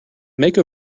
make